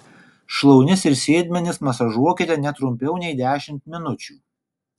šlaunis ir sėdmenis masažuokite ne trumpiau nei dešimt minučių